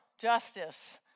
justice